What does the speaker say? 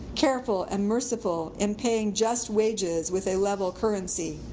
careful and merciful in paying just wages with a level currency.